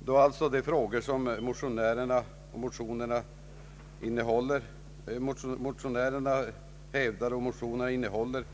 Med hänsyn till att de frågor som motionärerna tar upp är föremål för utredning har